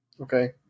Okay